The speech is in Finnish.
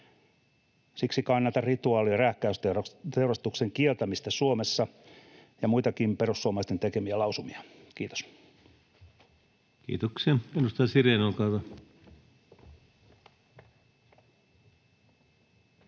Siksi kannatan rituaali- ja rääkkäysteurastuksen kiertämistä Suomessa ja muitakin perussuomalaisten tekemiä lausumia. — Kiitos. [Speech 207] Speaker: